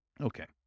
Okay